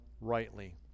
rightly